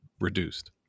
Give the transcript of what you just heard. reduced